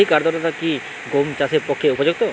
অধিক আর্দ্রতা কি গম চাষের পক্ষে উপযুক্ত?